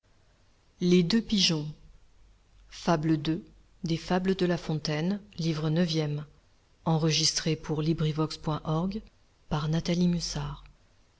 les fables de la fontaine